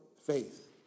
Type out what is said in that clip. faith